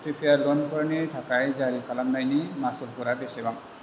prefer ल'नखौफोरनि थाखाय जारि खालामनायनि मासुलआ बेसेबां